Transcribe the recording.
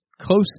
Close